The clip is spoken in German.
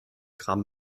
gramm